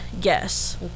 yes